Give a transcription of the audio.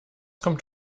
kommt